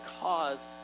cause